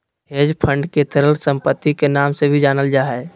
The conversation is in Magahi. हेज फंड के तरल सम्पत्ति के नाम से भी जानल जा हय